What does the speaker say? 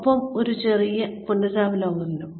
ഒപ്പം ഒരു ചെറിയ പുനരവലോകനവും